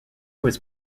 was